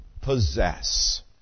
possess